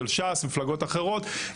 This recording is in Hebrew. של ש"ס ומפלגות אחרות,